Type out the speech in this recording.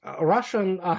Russian